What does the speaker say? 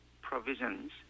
provisions